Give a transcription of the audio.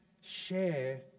Share